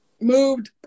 moved